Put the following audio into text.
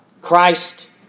Christ